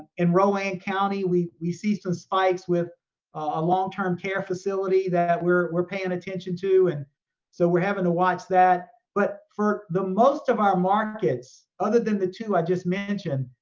in rowan and county, we we see some spikes with a long-term care facility that we're we're paying attention to. and so we're having to watch that. but for the most of our markets, other than the two i just mentioned,